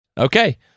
Okay